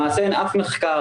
למעשה אין אף מחקר